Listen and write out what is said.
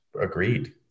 agreed